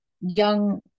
young